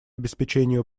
обеспечению